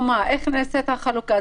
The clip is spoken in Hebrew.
איך נעשית החלוקה?